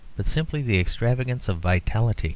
but simply the extravagance of vitality